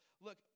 Look